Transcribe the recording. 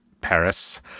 Paris